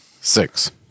Six